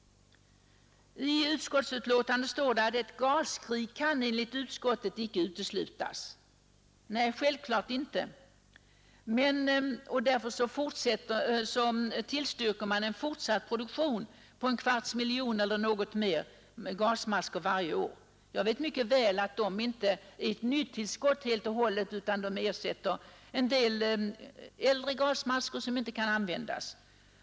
I utskottets betänkandet står det att gaskrig enligt utskottet inte kan uteslutas. Nej, självklart inte. Och därför tillstyrker utskottet en fortsatt produktion på en kvarts miljon gasmasker eller något mera varje år. Jag vet mycket väl att de inte helt och hållet är ett nytillskott, utan att de ersätter en del äldre materiel som inte kan användas.